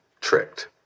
tricked